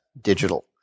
digital